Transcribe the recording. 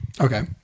Okay